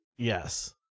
Yes